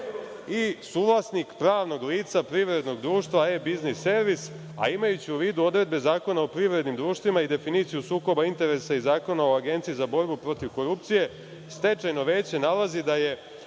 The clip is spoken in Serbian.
i suvlasnik pravnog lica privrednog društva „E-biznis servis“, a imajući u vidu odredbe Zakona o privrednim društvima i definiciju sukoba interesa iz Zakonu o Agenciji za borbu protiv korupcije, stečajno veće nalazi da je